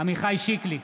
עמיחי שיקלי,